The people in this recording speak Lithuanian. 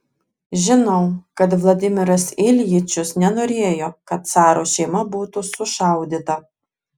žinau kad vladimiras iljičius nenorėjo kad caro šeima būtų sušaudyta